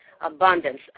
abundance